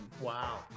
Wow